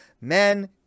Men